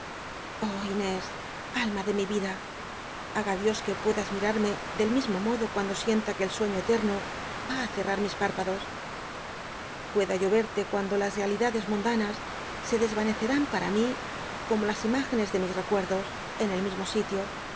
oh inés alma de mi vida haga dios que puedas mimrmc del mismo modo cuando sient l que el sueño eterno ya ti cer rat mis párpados pueda yo yette cuando las real idades mundanas se desranecer m para mí como las irmigencs de mis recuerdos en el mismo sitio